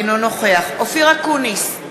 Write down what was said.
אינו נוכח אופיר אקוניס,